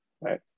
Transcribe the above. Right